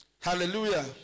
Hallelujah